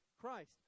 Christ